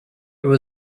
there